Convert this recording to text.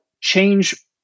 change